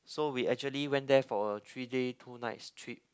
so we actually went there for a three day two nights trip